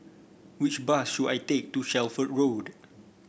which bus should I take to Shelford Road